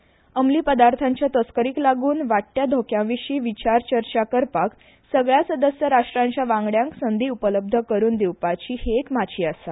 घुंवळे वखदांच्या तस्करीक लागून वाडट्या धोक्या विशीं विचार चर्चा करपाक सगल्या वांगडी राष्ट्राच्या वांगड्यांक संद उपलब्ध करून दिवपाची ही एक माची आसा